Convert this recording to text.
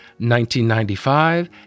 1995